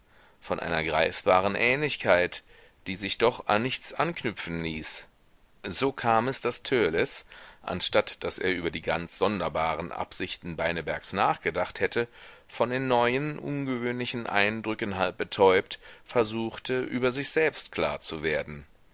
von einer greifbaren ähnlichkeit die sich doch an nichts anknüpfen ließ so kam es daß törleß anstatt daß er über die ganz sonderbaren absichten beinebergs nachgedacht hätte von den neuen ungewöhnlichen eindrücken halb betäubt versuchte über sich selbst klar zu werden